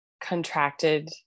contracted